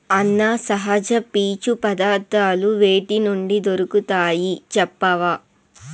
అన్నా, సహజ పీచు పదార్థాలు వేటి నుండి దొరుకుతాయి చెప్పవా